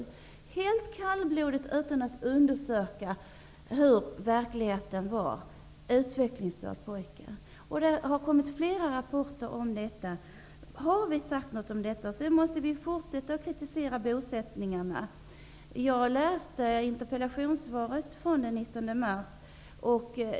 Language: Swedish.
Det skedde helt kallblodigt, utan att man undersökte hurdan verkligheten var. Det har kommit fram flera rapporter om sådant. Har vi sagt något om detta? Vi måste också fortsätta att kritisera bosättningarna. Jag läste interpellationssvaret från den 19 mars.